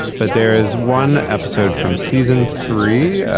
but there is one episode from season three,